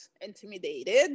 intimidated